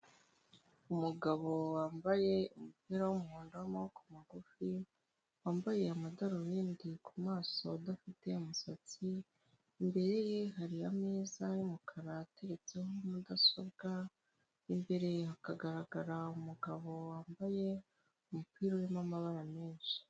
Umugabo wambaye umupira w' umuhondo w'amaboko magufi ,wambaye amadarubindi kumaso udafite umusatsi. Imbere ye hari ameza y'umukara ateretseho mudasobwa . Imbere hakagaragara umugabo wambaye umupira urimo amabara menshi.